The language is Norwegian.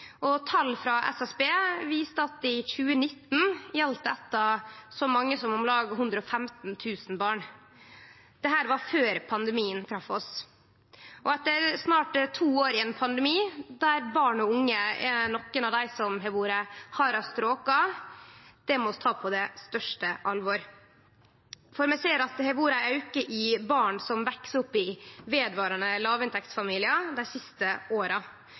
Tal frå SSB viser at dette gjaldt så mange som om lag 115 000 barn i 2019. Dette var før pandemien trefte oss. Etter snart to år med pandemi er barn og unge av dei som har vore hardast råka. Det må vi ta på det største alvor. Vi ser at det dei siste åra har vore ein auke av barn som veks opp i familiar med vedvarande